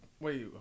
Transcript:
Wait